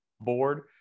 board